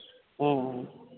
ᱦᱮᱸ ᱦᱮᱸ